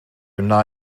wna